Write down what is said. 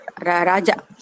raja